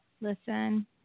Listen